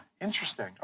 interesting